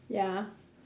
ya